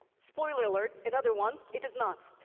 spoiler alert, another one, it is not.